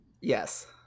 yes